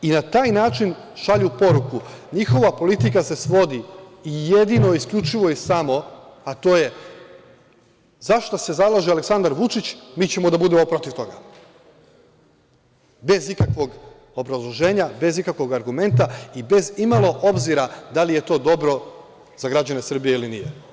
Na taj način šalju poruku, njihova politika se svodi i jedino i isključivo i samo, a to je za šta se zalaže Aleksandar Vučić, mi ćemo da budemo protiv toga, bez ikakvog obrazloženja, bez ikakvog argumenta i bez imalo obzira da li je to dobro za građane Srbije ili nije.